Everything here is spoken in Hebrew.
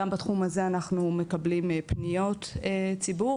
גם בתחום הזה אנחנו מקבלים פניות ציבור